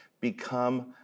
become